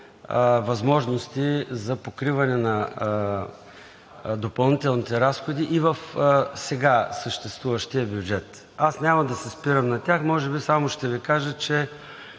възможности за покриване на допълнителните разходи и в сега съществуващия бюджет. Аз няма да се спирам на тях. Може би само ще ви кажа, че,